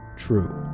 true,